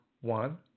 one